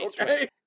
Okay